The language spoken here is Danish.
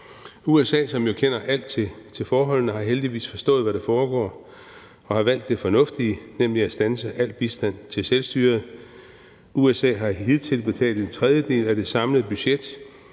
USA, som jo kender alt til forholdene, har heldigvis forstået, hvad der foregår, og har valgt det fornuftige, nemlig at standse al bistand til selvstyret. USA har hidtil betalt en tredjedel af det samlede budget.